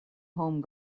home